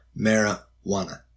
marijuana